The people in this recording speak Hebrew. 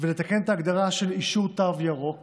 ולתקן את ההגדרה של אישור תו ירוק